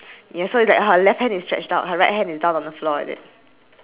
there's a grey roof and then and the triangle portion is like brownish